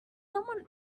somewhat